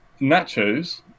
Nachos